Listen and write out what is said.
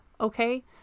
okay